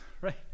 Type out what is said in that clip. right